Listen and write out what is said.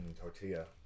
tortilla